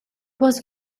was